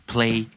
Play